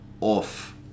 off